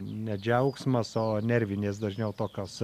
ne džiaugsmas o nervinės dažniau tokios